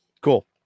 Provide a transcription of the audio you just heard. Cool